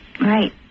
Right